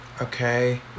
Okay